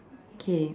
okay